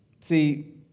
See